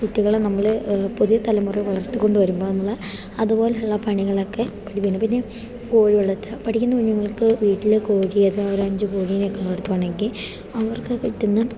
കുട്ടികളെ നമ്മൾ പുതിയ തലമുറ വളർത്തി കൊണ്ട് വരുമ്പോൾ നമ്മൾ അതുപോലെയുള്ള പണികളൊക്കെ പഠിപ്പിക്കണം പിന്നെ കോഴി വളർത്താൻ പഠിക്കുന്ന കുഞ്ഞുങ്ങൾക്ക് വീട്ടിൽ കോഴി അത് ഒരു അഞ്ച് കോഴിനെയൊക്കെ വളർത്തുകയാണെങ്കിൽ അവർക്ക് കിട്ടുന്ന